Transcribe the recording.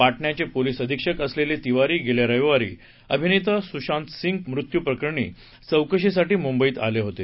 पाटण्याचे police अधीक्षक असलेले तिवारी गेल्या रविवारी अभिनेता सुशांतसिंह मृत्यू प्रकरणी चौकशीसाठी मुंबईत आले होते